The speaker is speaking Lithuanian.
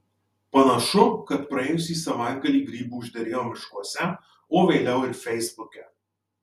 panašu kad praėjusį savaitgalį grybų užderėjo miškuose o vėliau ir feisbuke